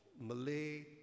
Malay